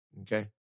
Okay